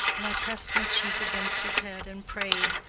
and i pressed my cheek against his head and prayed.